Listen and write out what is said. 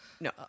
No